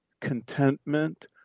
contentment